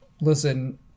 Listen